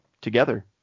together